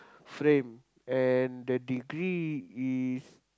frame and the degree is